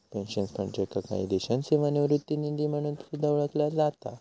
pension fund, ज्याका काही देशांत सेवानिवृत्ती निधी म्हणून सुद्धा ओळखला जाता